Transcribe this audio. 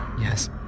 yes